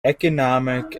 economic